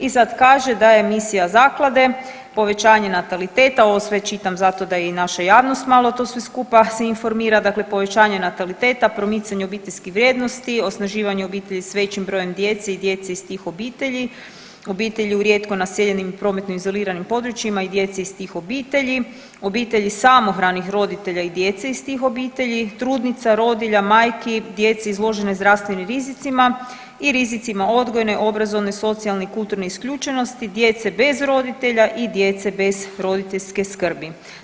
I sad kaže da je misija Zaklade povećanje nataliteta, ovo sve čitam zato da i naša javnost malo to sve skupa se informira, dakle povećanje nataliteta, promicanje obiteljskih vrijednosti, osnaživanje obitelji s većim brojem djece i djece iz tih obitelji, obitelji u rijetko naseljenim i prometno izoliranim područjima i djeci iz tih obitelji, obitelji samohranih roditelja i djece iz tih obitelji, trudnica, rodilja, majki, djece izloženoj zdravstvenim rizicima i rizicima odgojne, obrazovne, socijalne i kulturne isključenosti, djece bez roditelja i djece bez roditeljske skrbi.